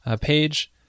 page